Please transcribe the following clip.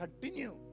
continue